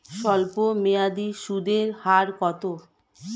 স্বল্পমেয়াদী সুদের হার কত?